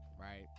right